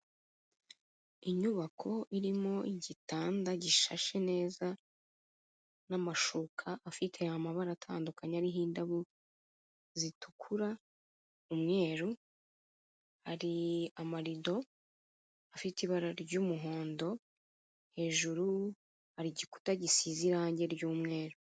Inyubako irimo igitanda gishashe neza n'amashuka afite amabara atandukanye ariho indabo zitukura, umweru, hari amarido afite ibara ry'umuhondo, hejuru hari igikuta gisize irangi ry'umweru.